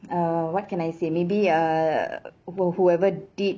err what can I say maybe uh who whoever did